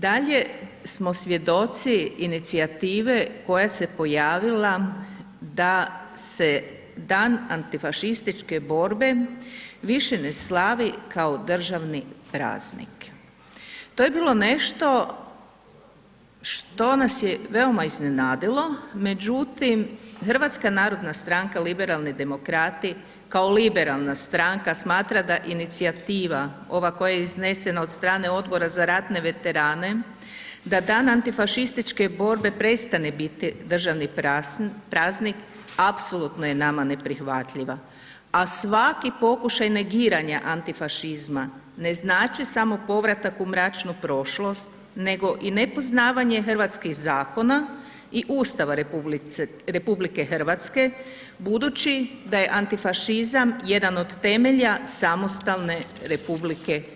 Dalje smo svjedoci inicijative koja se pojavila da se Dan antifašističke borbe više ne slavi kao državni praznik, to je bilo nešto što nas je veoma iznenadilo, međutim HNS liberalni demokrati, kao liberalna stranka smatra da inicijativa ova koja je iznesena od strane Odbora za ratne veterane da Dan antifašističke borbe prestane biti državni praznik apsolutno je nama neprihvatljiva, a svaki pokušaj negiranja antifašizma ne znači samo povratak u mračnu prošlost, nego i nepoznavanje hrvatskih zakona i Ustava RH budući da je antifašizam jedan od temelja samostalne RH.